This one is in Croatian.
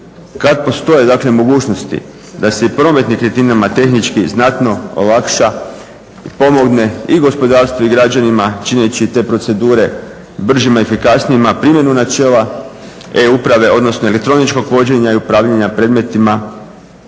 Kad postoje mogućnosti da se i promet nekretninama tehnički znatno olakša i pomogne i gospodarstvu i građanima čineći te procedure bržim i efikasnijima, primjenu načela e-uprave odnosno elektroničkog vođenja i upravljanja predmetima